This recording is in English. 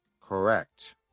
Correct